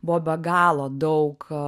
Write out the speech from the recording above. buvo be galo daug